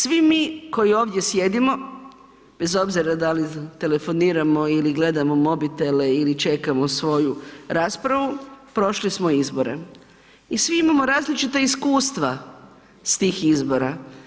Svi mi koji ovdje sjedimo bez obzira da li telefoniramo ili gledamo mobitele ili čekamo svoju raspravu, prošli smo izbore i svi imamo različita iskustva s tih izbora.